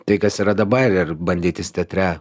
tai kas yra dabar ir bandytis teatre